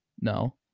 no